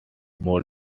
more